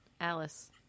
Alice